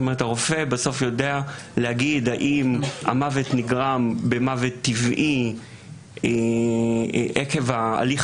הרופא בסוף יודע להגיד האם המוות נגרם במוות טבעי עקב ההליך